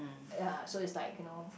ya so it's like you know